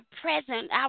present